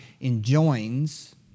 enjoins